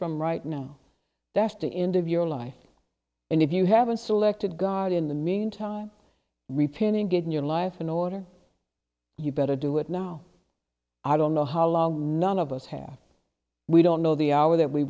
from right now destiny end of your life and if you haven't selected god in the meantime retaining good in your life in order you better do it now i don't know how long none of us have we don't know the hour that we